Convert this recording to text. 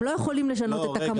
הם לא יכולים לשנות את הכמות.